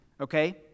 okay